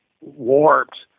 warped